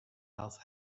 else